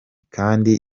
kandi